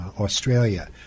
Australia